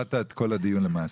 תמצת את כל הדיון למעשה.